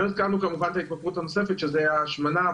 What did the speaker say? לא הזכרנו את ההתמכרות הנוספת שזו ההשמנה,